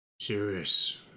Serious